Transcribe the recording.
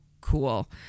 cool